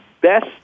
best